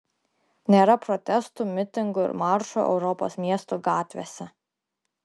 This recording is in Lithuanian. nėra protestų mitingų ir maršų europos miestų gatvėse